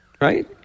right